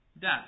death